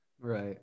right